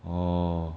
orh